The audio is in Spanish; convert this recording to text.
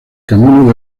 camino